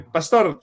Pastor